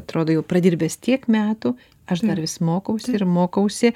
atrodo jau pradirbęs tiek metų aš dar vis mokausi ir mokausi